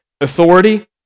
Authority